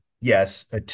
yes